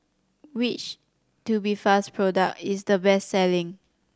which Tubifast product is the best selling